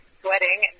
sweating